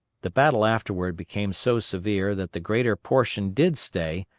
the battle afterward became so severe that the greater portion did stay,